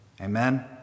Amen